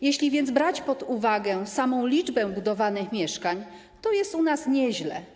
Jeśli więc brać pod uwagę samą liczbę budowanych mieszkań, to jest u nas nieźle.